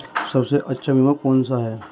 सबसे अच्छा बीमा कौन सा है?